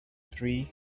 three